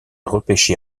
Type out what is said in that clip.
repêché